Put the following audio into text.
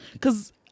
cause